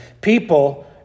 People